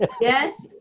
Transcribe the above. Yes